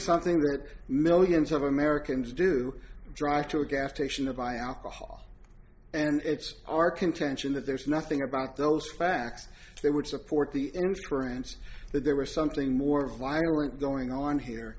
something that millions of americans do drive to a gas station to buy alcohol and it's our contention that there's nothing about those facts they would support the inference that there was something more vibrant going on here